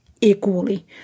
equally